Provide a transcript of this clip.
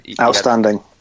Outstanding